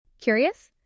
Curious